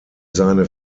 seine